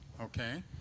okay